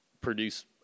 produce